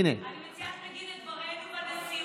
אני מציעה שתגיד את דברינו בנשיאות,